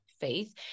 faith